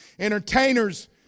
entertainers